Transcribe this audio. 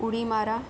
उडी मारा